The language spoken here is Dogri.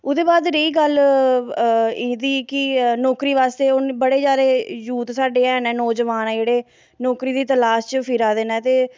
ओह्दे बाद रेही गल्ल एह्दी कि नौकरी बास्ता हून बड़े जैद यूथ साढ़े हैन न नौजवान साढ़े नौकरी दा तलाश च फिरा दे न ते